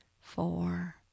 four